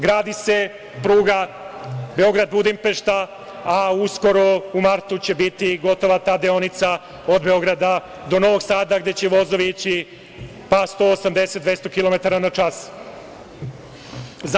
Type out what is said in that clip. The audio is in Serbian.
Gradi se pruga Beograd - Budimpešta, a uskoro u martu će biti gotova ta deonica od Beograda do Novog Sada, gde će vozovi ići 180-200 kilometara na čas.